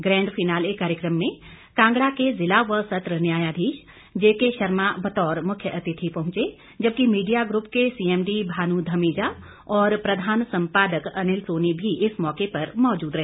grand finale कार्यक्रम में कांगड़ा के जिला व सत्र न्यायाधीश जेके शर्मा बतौर मुख्यातिथि पहुंचे जबकि मीडिया ग्रुप के सीएमडी भानु धमीजा और प्रधान संपादक अनिल सोनी भी इस मौके पर मौजूद रहे